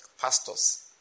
pastors